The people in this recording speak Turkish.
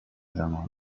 zamanı